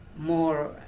more